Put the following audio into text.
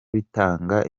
bitanga